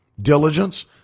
Diligence